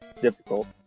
difficult